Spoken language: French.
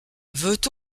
veut